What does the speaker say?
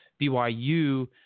BYU